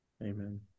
Amen